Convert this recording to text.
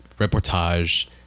reportage